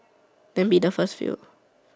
then be the first few